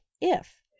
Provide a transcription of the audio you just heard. if